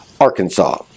Arkansas